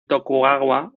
tokugawa